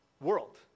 world